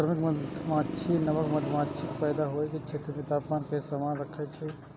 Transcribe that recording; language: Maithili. श्रमिक मधुमाछी नवका मधुमाछीक पैदा होइ के क्षेत्र मे तापमान कें समान राखै छै